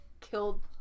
killed